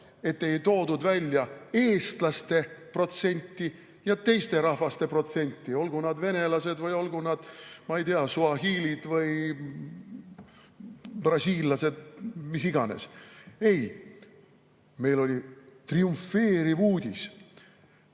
– ei toodud välja eestlaste protsenti ja teiste rahvaste protsenti, olgu nad venelased või olgu nad, ma ei tea, suahiilid või brasiillased, kes iganes. Ei! Meil oli triumfeeriv uudis: